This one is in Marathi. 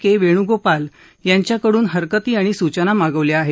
के वेणुगोपाल यांच्याकडून हरकती आणि सूचना मागवल्या आहेत